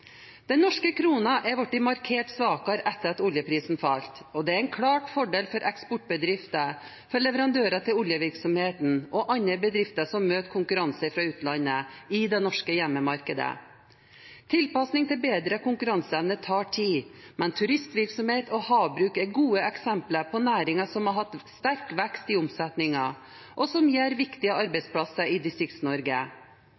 Den norske kronen er blitt markert svakere etter at oljeprisen falt. Det er en klar fordel for eksportbedrifter, leverandører til oljevirksomheten og andre bedrifter som møter konkurranse fra utlandet i det norske hjemmemarkedet. Tilpassing til bedret konkurranseevne tar tid, men turistvirksomhet og havbruk er gode eksempler på næringer som har hatt sterk vekst i omsetningen, og som gir viktige